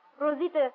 Rosita